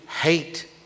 hate